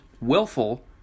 willful